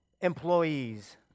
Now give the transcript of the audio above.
employees